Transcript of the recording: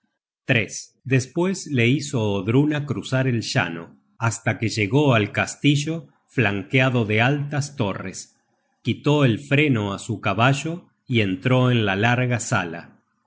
at despues le hizo odruna cruzar el llano hasta que llegó al castillo flanqueado de altas torres quitó el freno á su caballo y entró en la larga sala